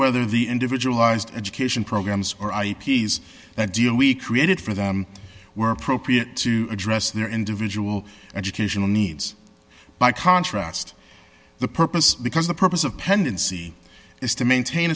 whether the individual ised education programs or i p s that deal we created for them were appropriate to address their individual educational needs by contrast the purpose because the purpose of pendency is to maintain